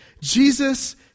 Jesus